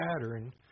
pattern